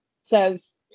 says